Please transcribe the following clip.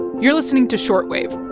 you're listening to short wave